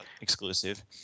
exclusive